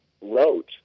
wrote